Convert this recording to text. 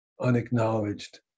unacknowledged